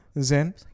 Zen